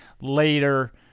later